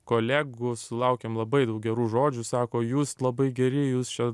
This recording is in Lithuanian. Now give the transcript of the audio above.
kolegų sulaukėm labai daug gerų žodžių sako jūs labai geri jūs čia